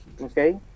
okay